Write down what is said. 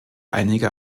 einiger